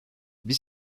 biz